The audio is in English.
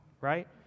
right